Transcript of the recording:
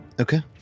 Okay